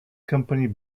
company